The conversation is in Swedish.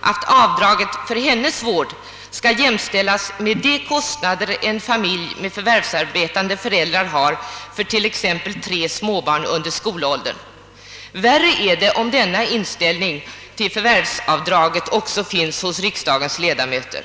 att avdraget för hennes vård skall jämställas med de kostnader en familj med förvärvsarbetande föräldrar har för t.ex. tre småbarn under skolåldern. Värre är det om denna inställning till förvärvsavdraget också finns hos riksdagens ledamöter.